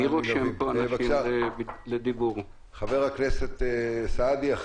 חבר הכנסת סעדי, בבקשה.